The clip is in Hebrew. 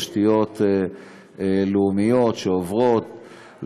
תשתיות לאומיות שעוברות,